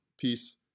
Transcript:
Peace